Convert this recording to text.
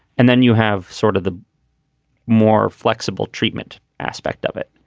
and then you have sort of the more flexible treatment aspect of it.